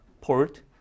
port